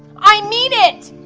i mean it.